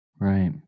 Right